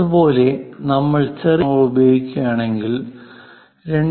അതുപോലെ നമ്മൾ ചെറിയ അക്ഷരങ്ങൾ ഉപയോഗിക്കുകയാണെങ്കിൽ 2